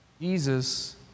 Jesus